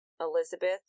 Elizabeth